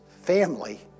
family